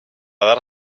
dar